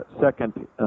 Second